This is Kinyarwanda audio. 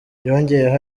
yongeyeho